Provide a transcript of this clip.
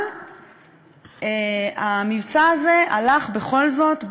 אבל המבצע הזה הלך בכל זאת,